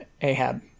Ahab